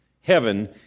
heaven